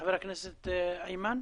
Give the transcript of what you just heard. חבר הכנסת חמד עמאר.